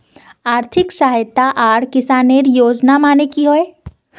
आर्थिक सहायता आर किसानेर योजना माने की होय?